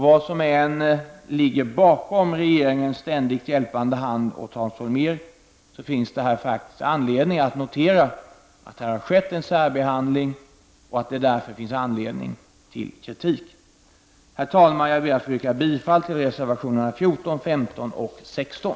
Vad som än ligger bakom regeringens ständigt hjälpande hand åt Hans Holmér kan det här noteras att det har skett en särbehandling och att det därför finns anledning till kritik. Herr talman! Jag ber att få yrka bifall till reservationerna 14, 15 och 16.